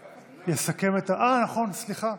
נכון, סליחה.